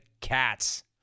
cats